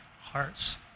hearts